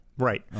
Right